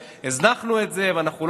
את זה הם לא